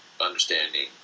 understanding